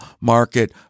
market